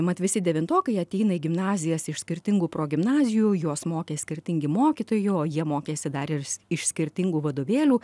mat visi devintokai ateina į gimnazijas iš skirtingų progimnazijų juos mokė skirtingi mokytojai o jie mokėsi dar ir iš skirtingų vadovėlių